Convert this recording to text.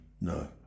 No